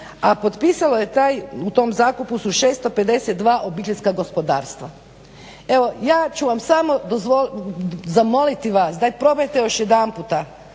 a potpisalo je taj, u tom zakupu su 652 obiteljska gospodarstva. Evo ja ću vam samo zamoliti vas daj probajte još jedanput